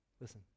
listen